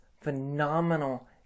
phenomenal